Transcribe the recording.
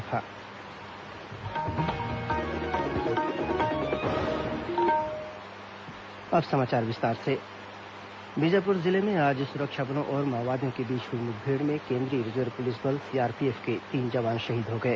मुठभेड़ जवान शहीद बीजापुर जिले में आज सुरक्षा बलों और माओवादियों के बीच हुई मुठभेड़ में केंद्रीय रिजर्व पुलिस बल सीआरपीएफ के तीन जवान शहीद हो गए